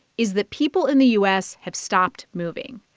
is that people in the u s. have stopped moving.